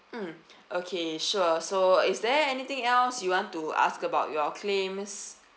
mm okay sure so is there anything else you want to ask about your claims